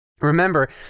Remember